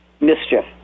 mischief